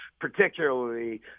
particularly